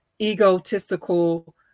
egotistical